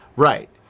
Right